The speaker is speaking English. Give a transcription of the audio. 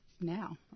now